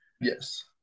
Yes